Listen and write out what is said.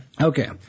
Okay